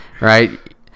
Right